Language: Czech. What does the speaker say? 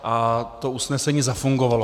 a to usnesení zafungovalo.